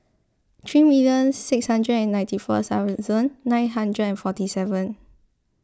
three million six hundred and ninety four thousand nine hundred and forty seven